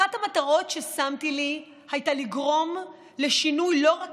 אחת המטרות ששמתי לי הייתה לגרום לשינוי לא רק